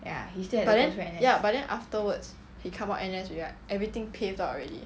but then ya but then afterwards he come out N_S already right everything paved out already